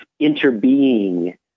interbeing